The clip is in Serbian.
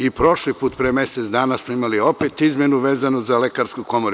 I prošli put, pre mesec dana smo imali opet izmenu vezanu za lekarsku komoru.